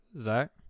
Zach